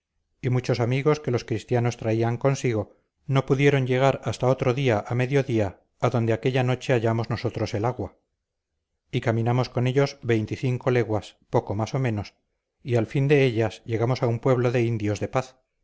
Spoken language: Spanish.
y muchos amigos que los cristianos traían consigo no pudieron llegar hasta otro día a mediodía adonde aquella noche hallamos nosotros el agua y caminamos con ellos veinte y cinco leguas poco más o menos y al fin de ellas llegamos a un pueblo de indios de paz